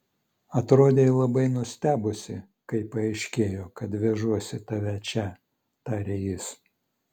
atrodei labai nustebusi kai paaiškėjo kad vežuosi tave čia tarė jis